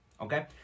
Okay